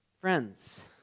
Friends